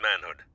manhood